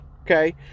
Okay